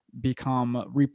become